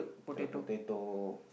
the potato